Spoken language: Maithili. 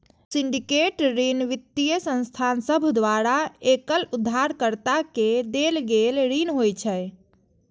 सिंडिकेट ऋण वित्तीय संस्थान सभ द्वारा एकल उधारकर्ता के देल गेल ऋण होइ छै